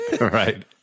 Right